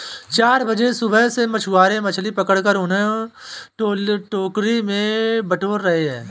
चार बजे सुबह से मछुआरे मछली पकड़कर उन्हें टोकरी में बटोर रहे हैं